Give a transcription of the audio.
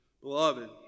Beloved